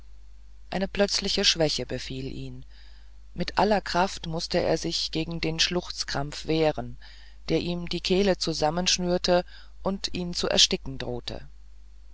eine plötzliche schwäche befiel ihn mit aller kraft mußte er sich gegen den schluchzkrampf wehren der ihm die kehle zusammenschnürte und ihn zu ersticken drohte